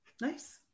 Nice